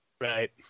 right